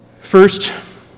First